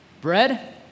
bread